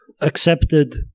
accepted